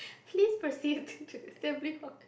please proceed to the assembly hall